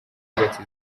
yubatse